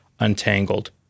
untangled